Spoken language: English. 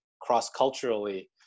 cross-culturally